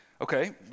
Okay